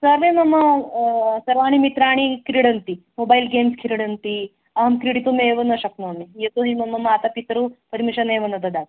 सर्वे मम सर्वाणि मित्राणि क्रीडन्ति मोबैल् गेम्स् क्रीडन्ति अहं क्रीडितुमेव न शक्नोमि यतोहि मम मातापितरौ पर्मिशन् एव न ददामि